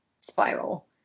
spiral